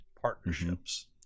partnerships